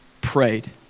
prayed